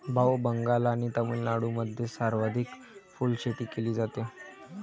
भाऊ, बंगाल आणि तामिळनाडूमध्ये सर्वाधिक फुलशेती केली जाते